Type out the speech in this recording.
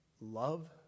love